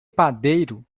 padeiro